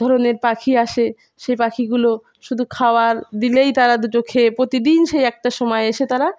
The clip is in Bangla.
ধরনের পাখি আসে সেই পাখিগুলো শুধু খাওয়ার দিলেই তারা দুটো খেয়ে প্রতিদিন সেই একটা সময় এসে তারা